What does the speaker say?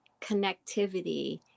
connectivity